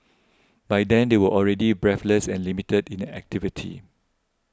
by then they will already breathless and limited in an activity